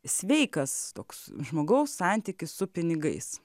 sveikas toks žmogaus santykis su pinigais